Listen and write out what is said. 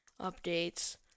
updates